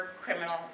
criminal